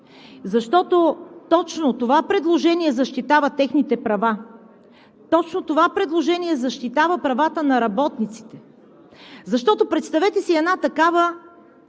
защото точно това предложение защитава техните права, точно това предложение защитава правата на работниците, защото представете си една такава